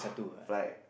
fly